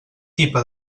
tipa